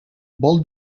vol